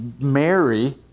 Mary